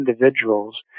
individuals